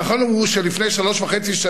הנכון הוא שלפני שלוש שנים וחצי,